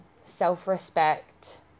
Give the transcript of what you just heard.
self-respect